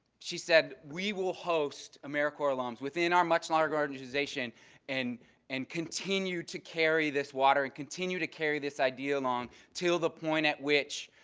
she said, we will host americorps alums within our much larger organization and and continue to carry this water and continue to carry this idea along until the point at which